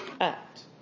act